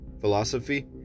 philosophy